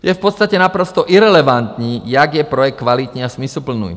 Je v podstatě naprosto irelevantní, jak je projekt kvalitní a smysluplný.